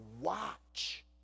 watch